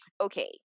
Okay